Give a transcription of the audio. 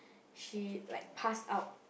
she like passed out